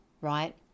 right